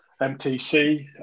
MTC